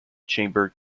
chamber